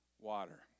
water